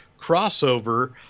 crossover